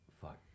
fuck